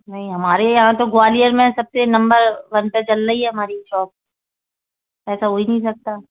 नहीं हमारे यहाँ तो ग्वालियर में सब से नंबर वन पर चल रही है हमारी शौप ऐसा हो ही नहीं सकता